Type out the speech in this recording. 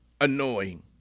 annoying